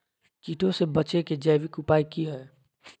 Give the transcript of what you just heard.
कीटों से बचे के जैविक उपाय की हैय?